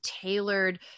tailored